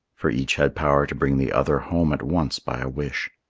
for each had power to bring the other home at once by a wish.